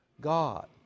God